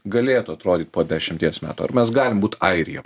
galėtų atrodyt po dešimties metų ar mes galim būt airija